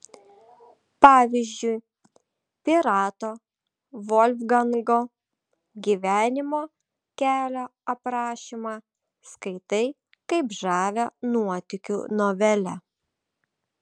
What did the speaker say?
pavyzdžiui pirato volfgango gyvenimo kelio aprašymą skaitai kaip žavią nuotykių novelę